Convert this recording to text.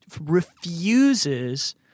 refuses